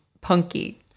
punky